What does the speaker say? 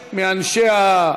הציוני,